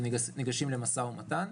שניגשים למשא ומתן.